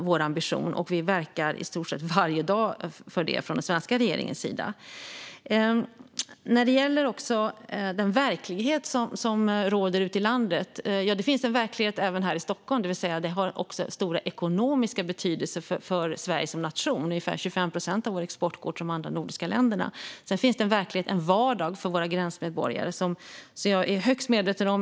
Vi verkar i stort sett varje dag för det från den svenska regeringens sida. När det gäller den verklighet som råder ute i landet finns det en verklighet även här i Stockholm, det vill säga att detta också har stor ekonomisk betydelse för Sverige som nation. Ungefär 25 procent av vår export går till de andra nordiska länderna. Sedan finns det en verklighet, en vardag, för våra gränsmedborgare som jag är högst medveten om.